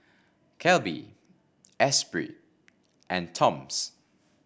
Calbee Esprit and Toms